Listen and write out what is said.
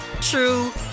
true